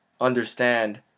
understand